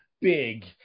big